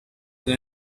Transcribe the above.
the